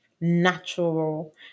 natural